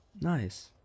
nice